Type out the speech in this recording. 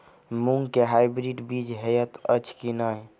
मूँग केँ हाइब्रिड बीज हएत अछि की नै?